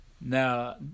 Now